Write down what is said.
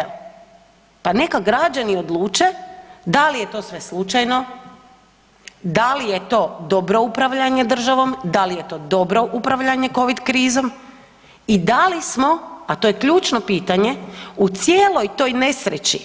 Evo pa neka građani odluče da li je to sve slučajno, da li je to dobro upravljanje državom, da li je to dobro upravljanje covid krizom i da li smo, a to je ključno pitanje, u cijeloj toj nesreći